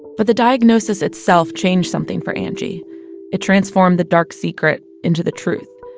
but the diagnosis itself changed something for angie it transformed the dark secret into the truth.